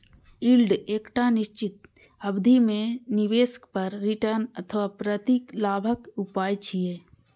yield एकटा निश्चित अवधि मे निवेश पर रिटर्न अथवा प्रतिलाभक उपाय छियै